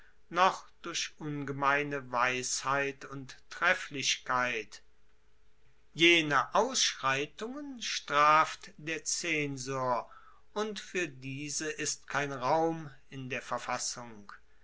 noch durch ungemeine weisheit und trefflichkeit jene ausschreitungen straft der zensor und fuer diese ist kein raum in der verfassung